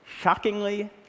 shockingly